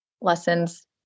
lessons